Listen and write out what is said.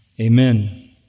Amen